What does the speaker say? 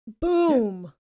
Boom